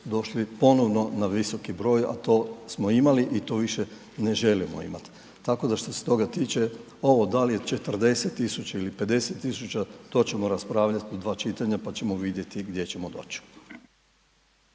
došli ponovno na visoki broj, a to smo imali i to više ne želimo imati, tako da što se toga tiče ovo da li je 40 tisuća ili 50 tisuća, to ćemo raspravljati u dva čitanja pa ćemo vidjeti gdje ćemo doći.